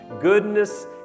goodness